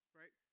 right